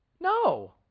No